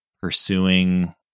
pursuing